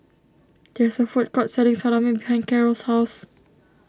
there is a food court selling Salami behind Carrol's house